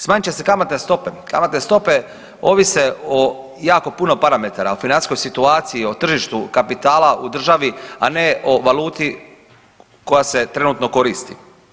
Smanjit će se kamatne stope, kamatne stope ovise o jako puno parametara, o financijskoj situaciji o tržištu kapitala u državi, a ne o valuti koja se trenutno koristi.